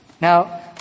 Now